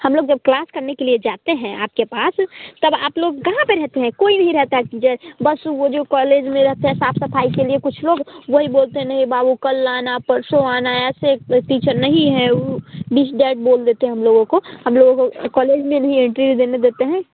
हम लोग जब क्लास करने के लिए जाते हैं आपके पास तब आप लोग कहाँ पर रहते हैं कोई भी रहते है ज बस वो जो कौलेज में रहते हैं साफ सफाई के लिए कुछ लोग वही बोलते हैं नहीं बाबू कल आना परसो आना ऐसे टीचर नहीं है डिस डैट बोल देते हैं हम लोगों को हम लोगों को कौलेज में भी एंट्री देने देते हैं